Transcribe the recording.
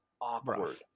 awkward